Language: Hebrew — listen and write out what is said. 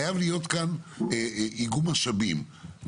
חייב להיות כאן איגום משאבים.